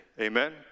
Amen